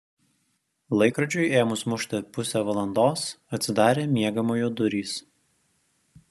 laikrodžiui ėmus mušti pusę valandos atsidarė miegamojo durys